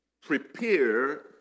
Prepare